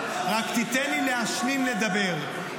רק תיתן לי לסיים לדבר.